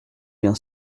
bien